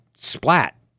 splat